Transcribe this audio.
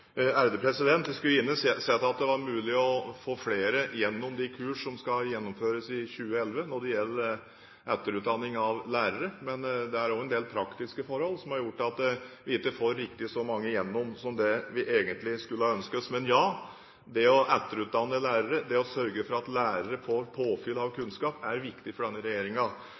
Jeg skulle gjerne sett at det var mulig å få flere gjennom de kurs som skal gjennomføres i 2011, når det gjelder etterutdanning av lærere, men det er også en del praktiske forhold som har gjort at vi ikke får riktig så mange gjennom som vi egentlig skulle ønske oss. Men ja, det å etterutdanne lærere, det å sørge for at lærere får påfyll av kunnskap, er viktig for denne